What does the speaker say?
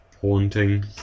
Haunting